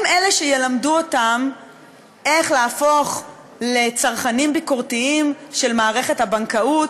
הם אלה שילמדו אותם איך להפוך לצרכנים ביקורתיים של מערכת הבנקאות,